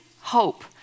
hope